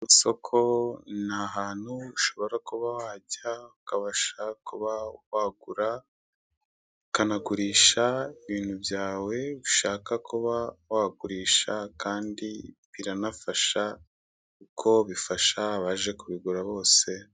Mu isoko ni ahantu ushobora kuba wajya ukabasha kuba wagura, ukanagurisha ibintu byawe ushaka kuba wagurisha kandi biranafasha, kuko bifasha abaje kubigura bose.